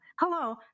hello